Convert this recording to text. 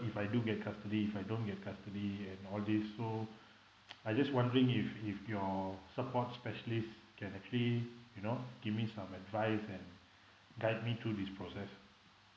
if I do get custody if I don't get custody and all this so I just wondering if if your support specialists can actually you know give me some advice and guide me through this process